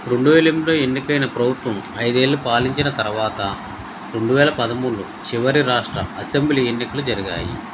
రెండు వేల ఎనిమిదిలో ఎన్నికైన ప్రభుత్వం ఐదేళ్ళు పాలించిన తర్వాత రెండు వేల పదమూడు చివరి రాష్ట్ర అసెంబ్లీ ఎన్నికలు జరిగాయి